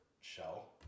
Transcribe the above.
shell